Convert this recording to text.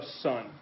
son